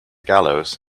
gallows